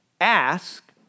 ask